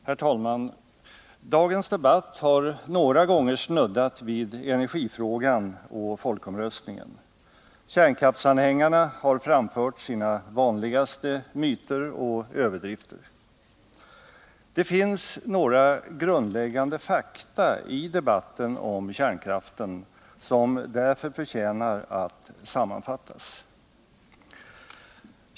Herr talman! Dagens debatt har några gånger snuddat vid energifrågan och folkomröstningen. Kärnkraftsanhängarna har framfört sina vanligaste myter och överdrifter. Det finns några grundläggande fakta i debatten om kärnkraften som därför förtjänar att sammanfattas.